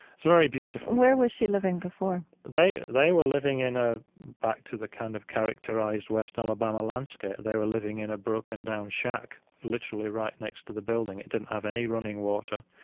it's very beautiful where was she living before? they they were living in a back to the kind of characterized west alabama landscape they were living in a broken-down shack, literally right next to the building. it didn't have any running water,